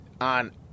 On